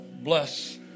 bless